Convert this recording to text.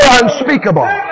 unspeakable